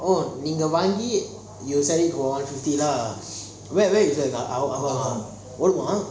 oh நீங்க வாங்கி:nenga vangi you sell it for one fifty lah where where you sell ah